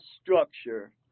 structure